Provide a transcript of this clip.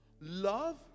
Love